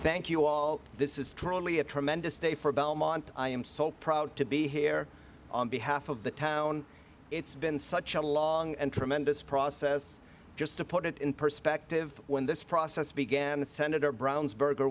thank you all this is truly a tremendous day for belmont i am so proud to be here on behalf of the town it's been such a long and tremendous process just to put it in perspective when this process began senator brown's burger